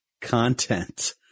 content